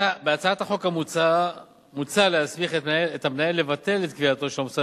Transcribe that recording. בהצעת החוק מוצע להסמיך את המנהל לבטל את קביעתו של המוסד